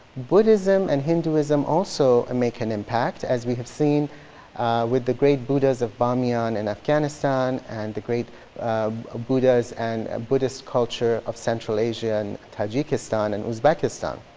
buddhism and hinduism also make an impact as we have seen with the great buddha's of bamiyan and afghanistan and the great buddha's and ah buddhist culture of central asia and tajikistan and uzbekistan.